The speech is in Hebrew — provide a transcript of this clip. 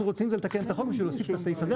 רוצים זה לתקן את החוק בשביל להוסיף את הסעיף הזה.